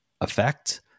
effect